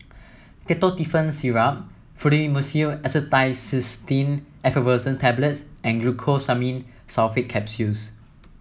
Ketotifen Syrup Fluimucil Acetylcysteine Effervescent Tablets and Glucosamine Sulfate Capsules